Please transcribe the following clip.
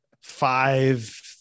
five